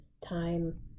time